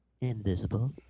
Invisible